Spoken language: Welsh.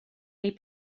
neu